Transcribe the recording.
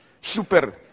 super